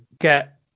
get